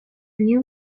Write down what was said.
new